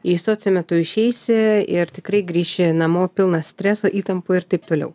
į sociumą tu išeisi ir tikrai grįši namo pilnas streso įtampų ir taip toliau